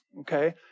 Okay